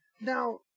Now